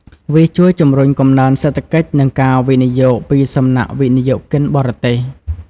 វាជួយជំរុញកំណើនសេដ្ឋកិច្ចនិងការវិនិយោគពីសំណាក់វិនិយោគិនបរទេស។